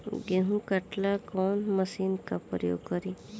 गेहूं काटे ला कवन मशीन का प्रयोग करी?